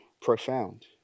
profound